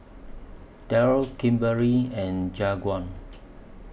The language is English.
Daryl Kimberlie and Jaquan